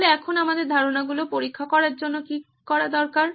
তাহলে এখন আমাদের ধারণাগুলো পরীক্ষা করার জন্য কি দরকার